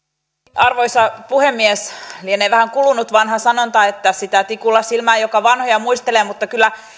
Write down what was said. arvoisa puhemies lienee vähän kulunut vanha sanonta että sitä tikulla silmään joka vanhoja muistelee mutta kyllä